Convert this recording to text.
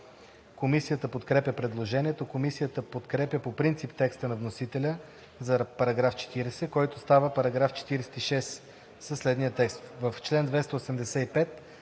Комисията подкрепя предложението. Комисията подкрепя по принцип текста на вносителя за § 40, който става § 46, със следния текст: „§ 46.